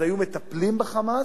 היו מטפלים ב"חמאס"